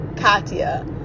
katya